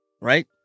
right